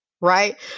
right